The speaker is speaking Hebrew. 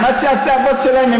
מה שעשה הבוס שלהם,